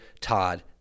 Todd